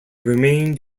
remained